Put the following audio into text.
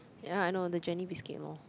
ya I know the Jenny biscuit lorh